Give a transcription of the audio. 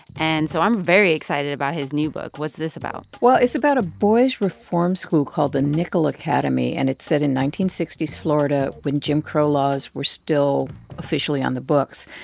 and so i'm very excited about his new book. what's this about? well, it's about a boys' reform school called the nickel academy, and it's set in nineteen sixty s florida, when jim crow laws were still officially on the books.